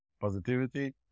positivity